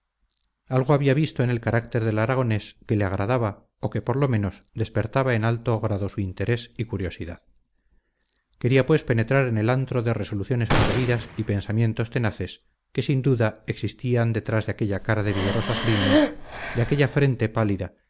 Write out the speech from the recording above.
algo había visto en el carácter del aragonés que le agradaba o que por lo menos despertaba en alto grado su interés y curiosidad quería pues penetrar en el antro de resoluciones atrevidas y pensamientos tenaces que sin duda existía detrás de aquella cara de vigorosas líneas de aquella frente pálida